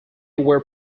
were